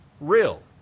real